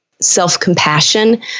self-compassion